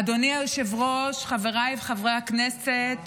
אדוני היושב-ראש, חבריי חברי הכנסת,